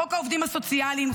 חוק העובדים הסוציאליים,